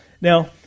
Now